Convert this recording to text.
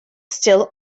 still